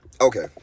Okay